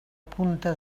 punta